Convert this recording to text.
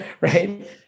right